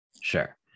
Sure